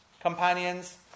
companions